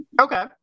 okay